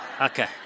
okay